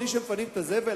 לומדים בלי שמפנים את הזבל?